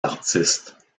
artistes